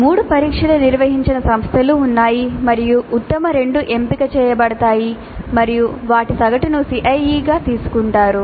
3 పరీక్షలు నిర్వహించిన సంస్థలు ఉన్నాయి మరియు ఉత్తమ 2 ఎంపిక చేయబడతాయి మరియు వాటి సగటును CIE గా తీసుకుంటారు